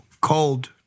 Cold